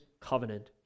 covenant